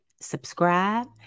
subscribe